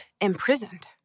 imprisoned